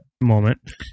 moment